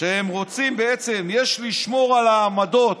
שהם רוצים בעצם, יש לשמור על העמדות